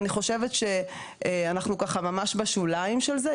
אני חושבת שאנחנו ממש בשוליים של זה,